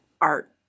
art